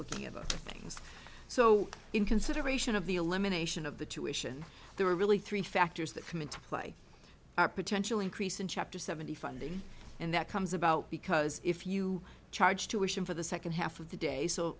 looking about things so in consideration of the elimination of the tuition there are really three factors that come into play our potential increase in chapter seven funding and that comes about because if you charge tuition for the second half of the day so